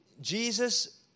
Jesus